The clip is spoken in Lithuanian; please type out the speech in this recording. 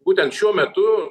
būtent šiuo metu